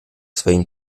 swoim